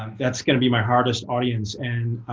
that's going to be my hardest audience. and